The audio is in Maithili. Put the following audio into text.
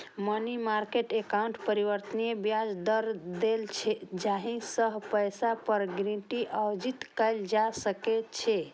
मनी मार्केट एकाउंट परिवर्तनीय ब्याज दर दै छै, जाहि सं पैसा पर रिटर्न अर्जित कैल जा सकै छै